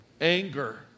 anger